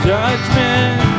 Judgment